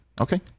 Okay